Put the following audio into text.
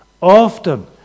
Often